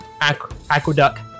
aqueduct